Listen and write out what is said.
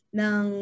ng